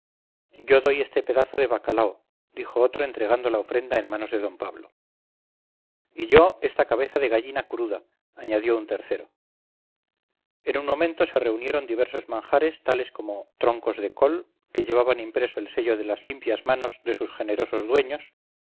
yo doy este pedazo de bacalao dijo otro entregando la ofrenda en manos de d pablo y yo esta cabeza de gallina cruda añadió un tercero en un momento se reunieron diversos manjares tales como troncos de col que llevaban impreso el sello de las limpias manos de sus generosos dueños